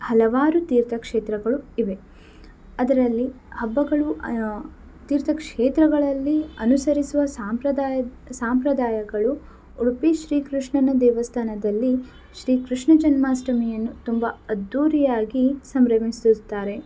ಹಲವಾರು ತೀರ್ಥಕ್ಷೇತ್ರಗಳು ಇವೆ ಅದರಲ್ಲಿ ಹಬ್ಬಗಳು ತೀರ್ಥಕ್ಷೇತ್ರಗಳಲ್ಲಿ ಅನುಸರಿಸುವ ಸಂಪ್ರದಾಯ ಸಂಪ್ರದಾಯಗಳು ಉಡುಪಿ ಶ್ರೀಕೃಷ್ಣನ ದೇವಸ್ಥಾನದಲ್ಲಿ ಶ್ರೀಕೃಷ್ಣ ಜನ್ಮಾಷ್ಟಮಿಯನ್ನು ತುಂಬ ಅದ್ದೂರಿಯಾಗಿ ಸಂಭ್ರಮಿಸುತ್ತಾರೆ